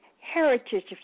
heritage